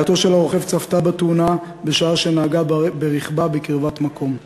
רעייתו של הרוכב צפתה בתאונה בשעה שנהגה ברכבה בקרבת מקום.